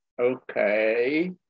okay